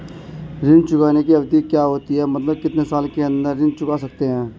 ऋण चुकाने की अवधि क्या होती है मतलब कितने साल के अंदर ऋण चुका सकते हैं?